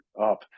up